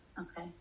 Okay